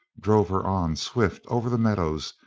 drove her on swift over the meadows,